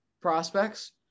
prospects